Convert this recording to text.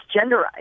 genderized